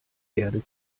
erde